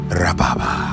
rababa